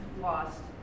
lost